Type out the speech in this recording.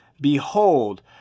behold